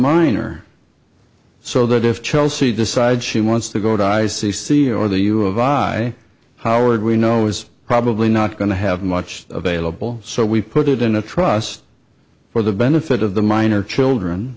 minor so that if chelsea decides she wants to go to i c c or the you advise howard we know is probably not going to have much available so we put it in a trust for the benefit of the minor children